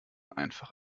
einfach